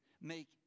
Make